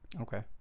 Okay